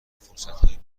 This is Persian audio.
فرصتهای